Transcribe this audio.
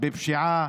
בפשיעה